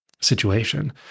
situation